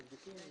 חברה רגילה,